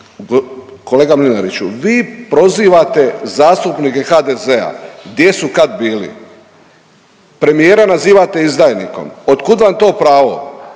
Kolega Mlinariću vi prozivate zastupnike HDZ-a gdje su kad bili. Premijera nazivate izdajnikom. Od kud vam to pravo?